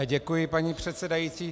Děkuji, paní předsedající.